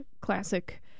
classic